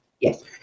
Yes